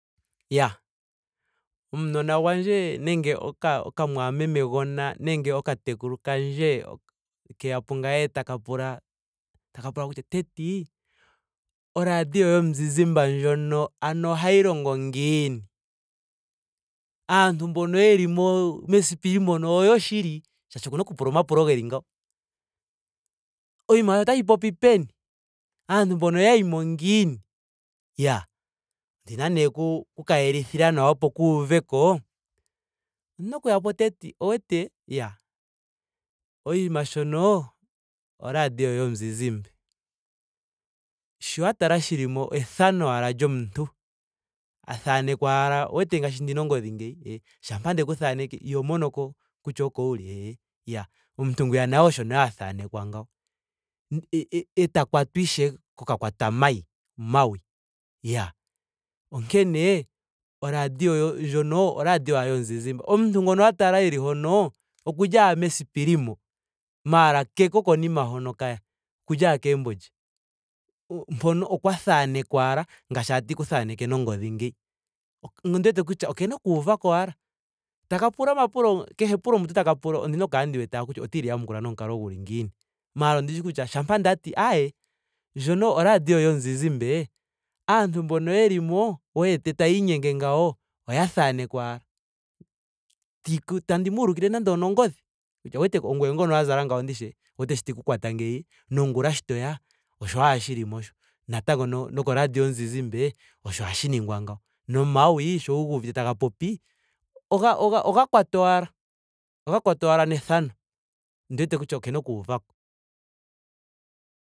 Iyaa omunona gwandje nenge oka- okamwameme gona nenge okatekulu kandje keya pungame taka pula taka pula taka ti teti. oradio yomuzizimba ndjono nao ohayi longo ngiini? Aantu mbono yeli mo- mesipili mono oyoshili? Shaashi okuna oku pula omapulo geni ngawo. oshinima shono otashi popi peni? Aantu mbono oya yimo ngiini? Iyaa. Ondina nee oku ka yelithila nawa opo kuuveko. ondina okuya po teti. owu wete iyaa oshinima shono oradio yomuzizimba. Sho wu wete shili mo efano owala lyomuntu. a thanekwa owala. owu wete ngaashi ndina ongodhi ngeyi. shampa ndeku thaneke. iho mono ko kutya oko wuli? Iyaa omuntu ngwiya naye osho nee a thanekwa ngawo. Eta kwatwa ishewe kokakwatamayi mawi. Iyaa. Onkene oradio yo- ndjono oradio ashike yomuzizimbe. Omuntu ngono wa tala eli hono. okuli ashike mesipili mo. maara keko konima hono kaya. Okuli ashike kegumbo lye. Mpono okwa thanekwa owala ngaashi ashike tandi ku thaneke nongodhi ngeyi. Ondi wete kutya okena okuuvako owala. Taka pula omapulo kehe epulo mutu taka pula ondina oku kala ndi wete owala kutya otandi li yamukula owala nomukalo guli ngiini. Maara ondishi kutya shampa ndati aaye ndjono oradio yomuzizimbe. aantu mbono yeli mo. wu wete taya inyenge ngawo oya thanekwa ashike. Tiiku tandi mu ulikile nando onogodhi. Kutya ongweye ngono wa zala ngawo ndishi. owu wete sho tandi ku kwata ngeyi. nongula sho toya. osho owala shili mo sho. natango noko noko radio yomuzizimbe osho hashi ningwa ngawo. Nomawi sho wuga uvite taga popi. oga- oga kwatwa owala. oga kwatwa owala nefano. Ondi wete kutya okena okuuvako.